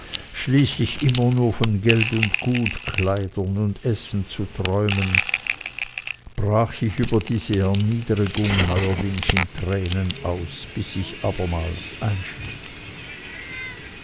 schließlich immer nur von gold und gut kleidern und essen zu träumen brach ich über diese erniedrigung neuerdings in tränen aus bis ich abermals einschlief